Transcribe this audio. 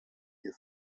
ihr